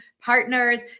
partners